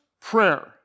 prayer